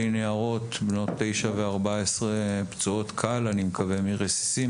נערות בנות 9 ו-14 שהן פצועות קל מרסיסים.